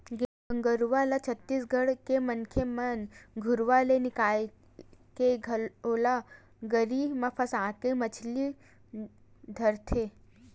गेंगरूआ ल छत्तीसगढ़ के मनखे मन घुरुवा ले निकाले के ओला गरी म फंसाके मछरी धरथे